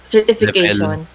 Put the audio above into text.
Certification